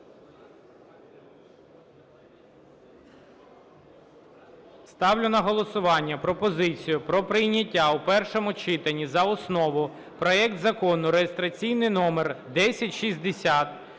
Ставлю на голосування пропозицію про прийняття у першому читанні за основу проект Закону (реєстраційний номер 1060)